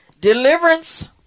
Deliverance